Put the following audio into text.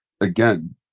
again